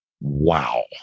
wow